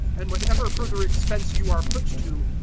and whatever further expense you are put to,